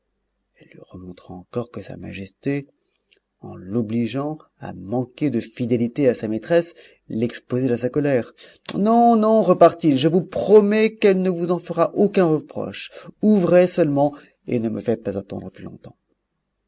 elle lui remontra encore que sa majesté en l'obligeant à manquer de fidélité à sa maîtresse l'exposait à sa colère non non repartit il je vous promets qu'elle ne vous en fera aucun reproche ouvrez seulement et ne me faites pas attendre plus longtemps